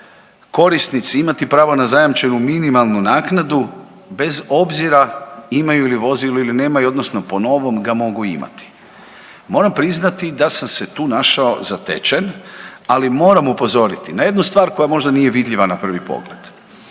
korisnici imati pravo na zajamčenu minimalnu naknadu bez obzira imaju li vozilo ili nemaju, odnosno po novom ga mogu imati. Moram priznati da sam se tu našao zatečen, ali moram upozoriti na jednu stvar koja možda nije vidljiva na prvi pogled.